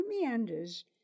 meanders